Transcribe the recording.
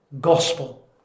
gospel